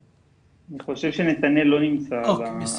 אני חושב שנתנאל לא נמצא ב-זום.